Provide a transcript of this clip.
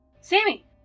Sammy